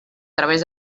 través